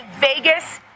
Vegas